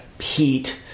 heat